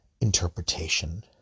interpretation